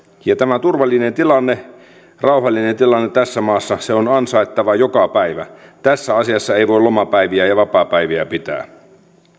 tämä turvallinen tilanne rauhallinen tilanne tässä maassa on ansaittava joka päivä tässä asiassa ei voi lomapäiviä ja vapaapäiviä pitää